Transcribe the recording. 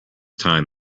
time